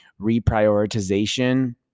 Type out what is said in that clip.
reprioritization